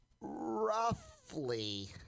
roughly